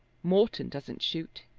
morton doesn't shoot,